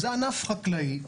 זה ענף חקלאי,